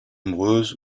nombreuse